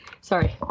Sorry